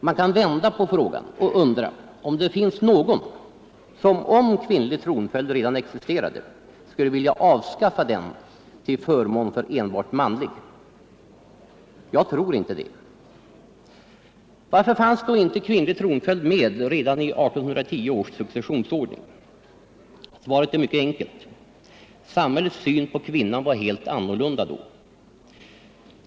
Man kan vända på frågan och undra om det finns någon som, om kvinnlig tronföljd redan existerade, skulle vilja avskaffa den till förmån för enbart manlig. Jag tror inte det. Varför fanns då inte kvinnlig tronföljd med redan i 1810 års successionsordning? Svaret är mycket enkelt. Samhällets syn på kvinnan var helt annorlunda då.